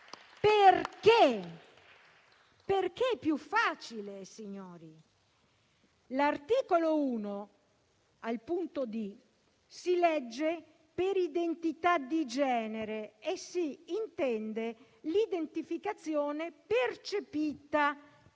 Perché? Perché è più facile, signori. All'articolo 1, punto *d)*, si legge: «per identità di genere si intende l'identificazione percepita e